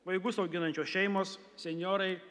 vaigus auginančios šeimos senjorai